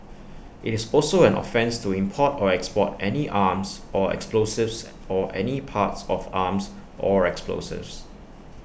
IT is also an offence to import or export any arms or explosives or any parts of arms or explosives